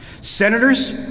Senators